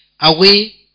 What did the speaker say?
away